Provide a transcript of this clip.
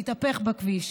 שהתהפך בכביש,